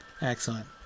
Excellent